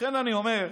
לכן אני אומר: